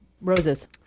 Roses